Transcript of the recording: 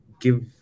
give